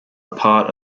part